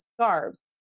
scarves